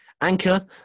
Anchor